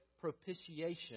propitiation